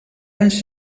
anys